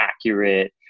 accurate